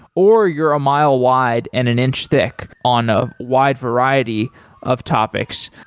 or you're a mile-wide and an inch thick on a wide variety of topics.